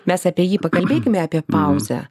mes apie jį pakalbėkime apie pauzę